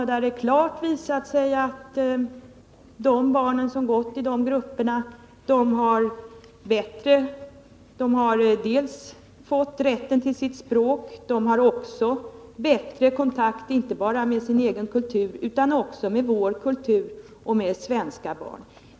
Det har där klart visat sig att de barn som gått i dessa grupper dels har fått gehör för rätten till sitt språk, dels har fått bättre kontakt inte bara med sin egen kultur utan också med vår kultur och med svenska barn.